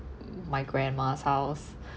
my grandma's house